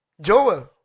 Joel